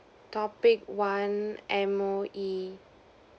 topic one M_O_E